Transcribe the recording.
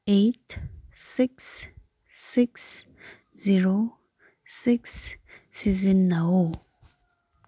eight six six zero six ꯁꯤꯖꯤꯟꯅꯧ